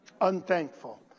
unthankful